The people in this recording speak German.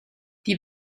die